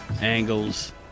angles